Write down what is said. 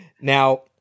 Now